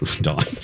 Don